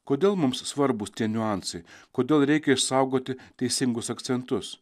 kodėl mums svarbūs tie niuansai kodėl reikia išsaugoti teisingus akcentus